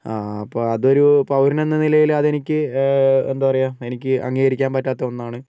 ആ അപ്പോൾ അതൊരു പൗരൻ എന്ന നിലയിൽ അതെനിക്ക് എന്താ പറയുക എനിക്ക് അംഗീകരിക്കാൻ പറ്റാത്ത ഒന്നാണ്